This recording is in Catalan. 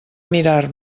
mirar